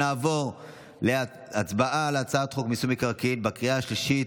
נעבור להצבעה על הצעת חוק מיסוי מקרקעין בקריאה השלישית,